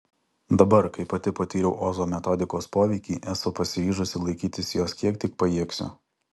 dabar kai pati patyriau ozo metodikos poveikį esu pasiryžusi laikytis jos kiek tik pajėgsiu